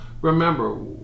Remember